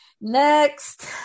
next